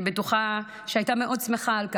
אני בטוחה שהיא הייתה שמחה מאוד על כך.